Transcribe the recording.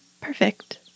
Perfect